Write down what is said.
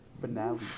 finale